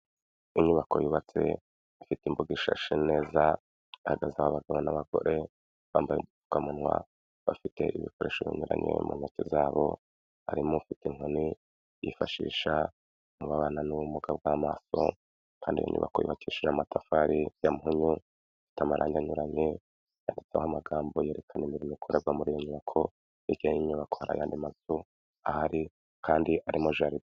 Inyubako yubatse, ifite imbuga ishashe neza, hahagaze abagabo n'abagore, bambaye udupfukamunwa, bafite ibikoresho binyuranye mu ntoki zabo, harimo ufite inkoni, yifashisha mu babana n'ubumuga bw'amaso, kandi iyo nyubako yubakishije amatafari ya mpunyu, ifite amarangi anyuranye, yanditseho amagambo yerekana imirimo ikorerwa muri iyo nyubako, hirya y'inyubako hari ayandi mazu ahari, kandi arimo jaride.